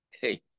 Hey